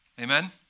Amen